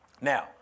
Now